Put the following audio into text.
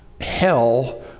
hell